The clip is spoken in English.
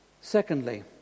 Secondly